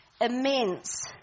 immense